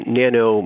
nano